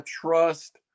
trust